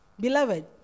Beloved